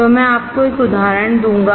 तो मैं आपको एक उदाहरण दूंगा